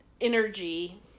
energy